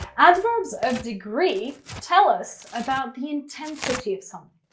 adverbs of degree tell us about the intensity of something.